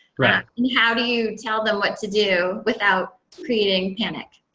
yeah and how do you tell them what to do without creating panic?